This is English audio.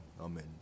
Amen